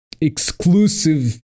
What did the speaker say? exclusive